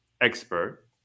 Expert